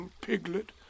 piglet